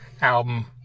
album